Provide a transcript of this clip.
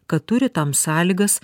kad turi tam sąlygas